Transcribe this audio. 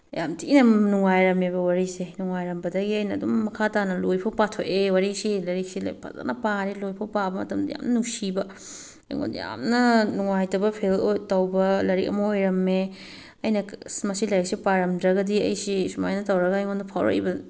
ꯌꯥꯝꯊꯤꯅ ꯅꯨꯡꯉꯥꯏꯔꯝꯃꯦꯕ ꯋꯥꯔꯤꯁꯦ ꯅꯨꯡꯉꯥꯏꯔꯝꯕꯗꯒꯤ ꯑꯩꯅ ꯑꯗꯨꯝ ꯃꯈꯥ ꯇꯥꯅ ꯂꯣꯏꯕ ꯐꯥꯎ ꯄꯥꯊꯣꯛꯑꯦ ꯋꯥꯔꯤꯁꯤꯒꯤ ꯂꯥꯏꯔꯤꯛꯁꯦ ꯐꯖꯅ ꯄꯥꯔꯦ ꯂꯣꯏꯕꯐꯥꯎ ꯄꯥꯕ ꯃꯇꯝꯗ ꯌꯥꯝꯅ ꯅꯨꯡꯁꯤꯕ ꯑꯩꯉꯣꯟꯗ ꯌꯥꯝꯅ ꯅꯨꯡꯉꯥꯏꯇꯕ ꯐꯤꯜ ꯇꯧꯕ ꯂꯥꯏꯔꯤꯛ ꯑꯃ ꯑꯣꯏꯔꯝꯃꯦ ꯑꯩꯅ ꯑꯁ ꯃꯁꯤ ꯂꯥꯏꯔꯤꯛꯁꯦ ꯄꯥꯔꯝꯗ꯭ꯔꯒꯗꯤ ꯑꯩꯁꯦ ꯁꯨꯃꯥꯏꯅ ꯇꯧꯔꯒ ꯑꯩꯉꯣꯟꯗ ꯐꯥꯎꯔꯛꯏꯕ